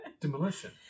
demolition